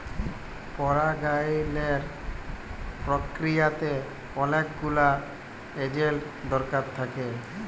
পরাগায়লের পক্রিয়াতে অলেক গুলা এজেল্ট দরকার থ্যাকে